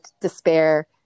despair